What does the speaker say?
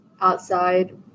outside